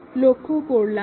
ধন্যবাদ